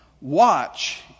Watch